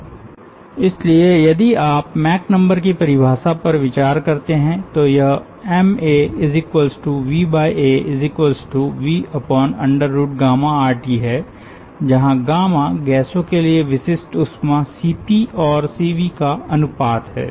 इसलिए यदि आप मैक नंबर की परिभाषा पर विचार करते हैं तो यह MaVaVRT है जहां गामा गैसों के लिए विशिष्ट ऊष्मा Cp और Cvका अनुपात है